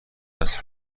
است